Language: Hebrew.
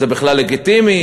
זה בכלל לגיטימי,